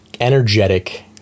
energetic